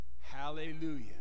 Hallelujah